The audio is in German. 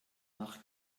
nach